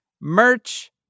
Merch